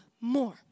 more